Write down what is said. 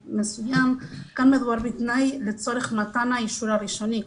כאן מדובר בתנאי לצורך מתן האישור הראשוני.